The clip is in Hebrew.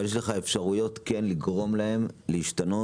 אבל יש אפשרויות כן לגרום להם להשתנות,